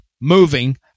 moving